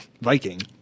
Viking